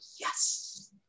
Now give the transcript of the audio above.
yes